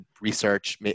research